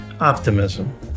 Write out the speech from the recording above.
optimism